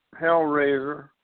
hellraiser